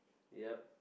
yep